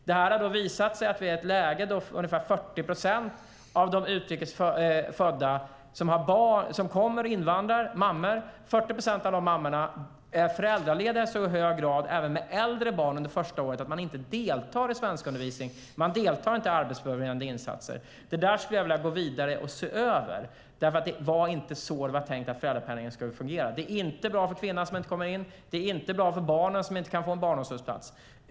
Det har visat sig att 40 procent av de mammor med barn som kommer är föräldralediga även med äldre barn och att de inte deltar i svenskundervisning under första året. Man deltar inte i arbetsförberedande insatser. Detta skulle jag vilja gå vidare och se över. Det var inte så det var tänkt att föräldrapenningen skulle fungera. Det är inte bra för kvinnan, som inte kommer in på arbetsmarknaden. Det är inte bra för barnen, som inte kan få en barnomsorgsplats.